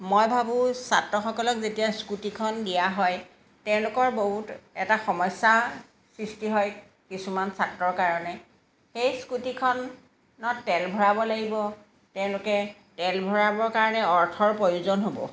মই ভাবোঁ ছাত্ৰসকলক যেতিয়া স্কুটিখন দিয়া হয় তেওঁলোকৰ বহুত এটা সমস্যা সৃষ্টি হয় কিছুমান ছাত্ৰৰ কাৰণে সেই স্কুটিখনত তেল ভৰাব লাগিব তেওঁলোকে তেল ভৰাবৰ কাৰণে অৰ্থৰ প্ৰয়োজন হ'ব